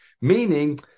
Meaning